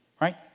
right